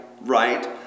Right